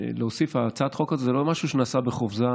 להוסיף: הצעת החוק הזו היא לא משהו שנעשה בחופזה.